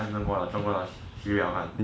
看什么中国谁要看